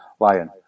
Lion